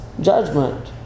judgment